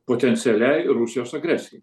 potencialiai rusijos agresijai